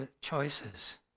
choices